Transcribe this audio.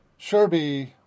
Sherby